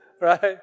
Right